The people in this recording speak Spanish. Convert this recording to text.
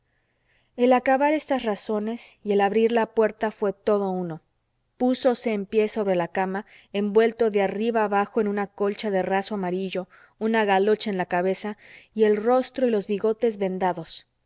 el acabar estas razones y el abrir de la puerta fue todo uno púsose en pie sobre la cama envuelto de arriba abajo en una colcha de raso amarillo una galocha en la cabeza y el rostro y los bigotes vendados